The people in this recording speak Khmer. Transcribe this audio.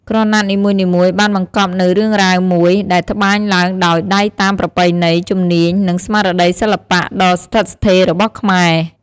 ក្រណាត់នីមួយៗបានបង្កប់នូវរឿងរ៉ាវមួយ ដែលត្បាញឡើងដោយដៃតាមប្រពៃណី ជំនាញ និងស្មារតីសិល្បៈដ៏ស្ថិតស្ថេររបស់ខ្មែរ។